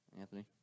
Anthony